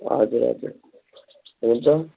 हजुर हजुर हुन्छ